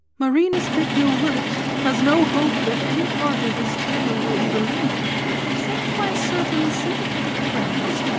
marinus bicknell willett has no hope that any part of his tale will be believed except by certain sympathetic friends,